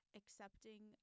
accepting